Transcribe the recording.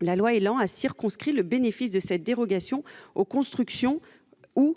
la loi ÉLAN a circonscrit le bénéfice de cette dérogation aux constructions ou